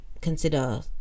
consider